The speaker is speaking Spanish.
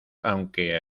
aunque